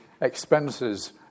expenses